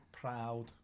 proud